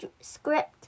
script